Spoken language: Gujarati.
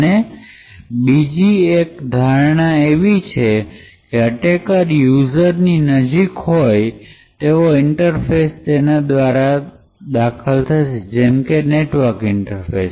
અને બીજી એક ધારના એવી છે કે અટેકર યુઝર ની નજીક હોય તેવા ઈન્ટરફેસ દ્વારા દાખલ થશે જેમકે નેટવર્ક ઇન્ટરફેસ